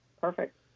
perfect